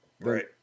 Right